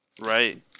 Right